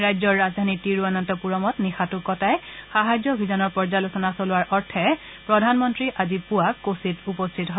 ৰাজ্যৰ ৰাজধানী তিৰুৱন্তপুৰমত নিশাটো কটাই সাহায্য অভিযানৰ পৰ্যালোচনা চলোৱাৰ অৰ্থে প্ৰধানমন্ত্ৰী আজি পুৱা কোচিত উপস্থিত হয়